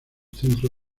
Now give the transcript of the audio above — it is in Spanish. centro